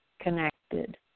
connected